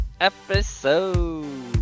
episode